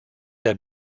der